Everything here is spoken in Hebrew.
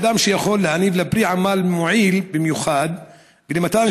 כוח אדם שיכול להביא לפרי עמל מועיל במיוחד ולמתן